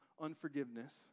unforgiveness